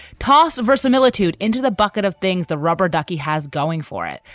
tosa versus militated into the bucket of things the rubber ducky has going for it,